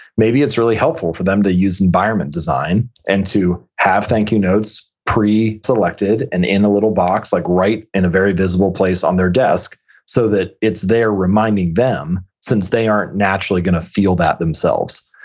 maybe it's really helpful for them to use use environment design and to have thank you notes preselected and in a little box like right in a very visible place on their desk so that it's there reminding them since they aren't naturally going to feel that themselves.